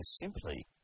simply